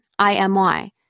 imy